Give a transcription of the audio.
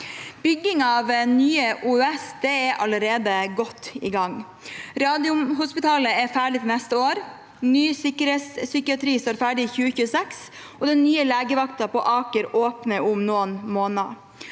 Byggingen av nye OUS er allerede godt i gang: Radiumhospitalet er ferdig neste år, ny sikkerhetspsykiatri står ferdig i 2026, og den nye legevakten på Aker åpner om noen måneder.